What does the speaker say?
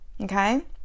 Okay